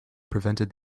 prevented